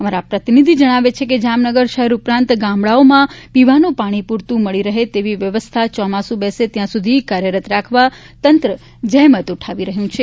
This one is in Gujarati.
અમારા પ્રતિનિધિ જજ્ઞાવે છે કે જામનગર શહેર ઉપરાંત ગામડાઓમાં પીવાનું પાણી પુરતુ મળી રહે તેવી વ્યવસ્થા ચોમાસુ બેસે ત્યાં સુધી કાર્યરત રાખવા તંત્ર જહેમત ઉઠાવી રહ્યું છે